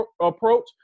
approach